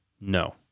No